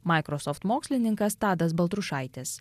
microsoft mokslininkas tadas baltrušaitis